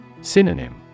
Synonym